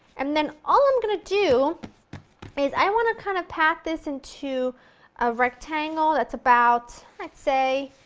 and then all i'm going to do is, i want to kind of pat this into a rectangle that's about i'd say,